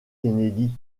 kennedy